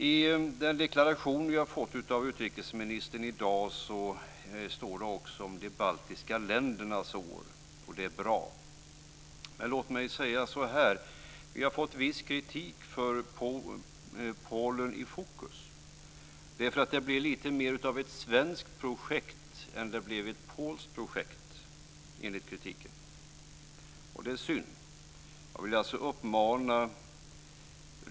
I den deklaration vi har fått av utrikesministern i dag står det också om De baltiska ländernas år, och det är bra. Men låt mig säga så här: Vi har fått viss kritik för att Polen i fokus blivit lite mer av ett svenskt projekt än ett polskt projekt. Detta är synd. Baltikum.